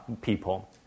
people